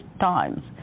times